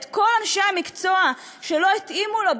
את כל אנשי המקצוע שלא התאימו לו,